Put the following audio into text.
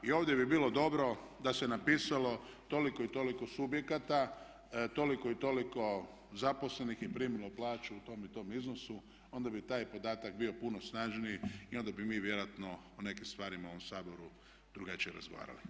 I ovdje bi bilo dobro da se napisalo toliko i toliko subjekata, toliko i toliko zaposlenih je primilo plaću u tom i tom iznosu, onda bi taj podatak bio puno snažniji i onda bi mi vjerojatno o nekim stvarima u ovom Saboru drugačije razgovarali.